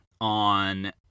on